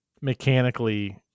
mechanically